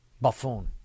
buffoon